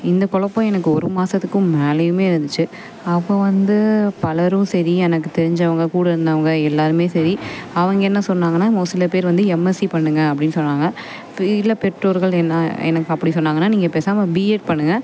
இந்த கொழப்பம் எனக்கு ஒரு மாதத்துக்கும் மேலேயுமே இருந்துச்சு அப்போ வந்து பலரும் சரி எனக்கு தெரிஞ்சவங்க கூட இருந்தவங்க எல்லாேருமே சரி அவங்க என்ன சொன்னாங்கன்னால் ஒரு சில பேர் எம்எஸ்சி பண்ணுங்க அப்படின்னு சொன்னாங்க இல்லை பெற்றோர்கள் என்ன எனக்கு அப்படி சொன்னாங்கன்னால் நீங்கள் பேசாமல் பிஎட் பண்ணுங்க